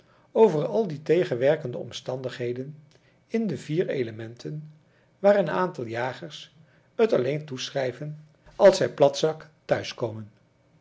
over al die tegenwerkende omstandigheden in de vier elementen waaraan een aantal jagers het alleen toeschrijven als zij platzak thuiskomen